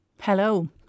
Hello